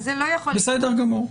בסדר גמור.